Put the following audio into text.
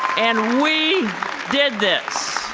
and we did this.